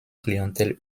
clientèle